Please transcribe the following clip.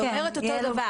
זה אומר את אותו הדבר.